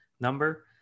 number